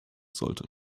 sollte